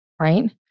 right